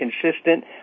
consistent